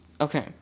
okay